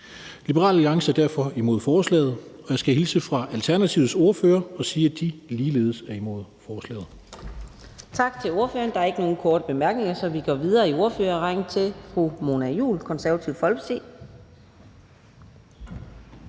Liberal Alliance er derfor imod forslaget, og jeg skal hilse fra Alternativets ordfører og sige, at de ligeledes er imod forslaget. Kl. 17:37 Fjerde næstformand (Karina Adsbøl): Tak til ordføreren. Der er ikke nogen korte bemærkninger, så vi går videre i ordførerrækken til fru Mona Juul, Det Konservative Folkeparti.